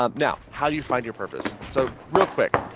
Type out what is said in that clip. um now how do you find your purpose? so real quick,